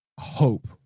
hope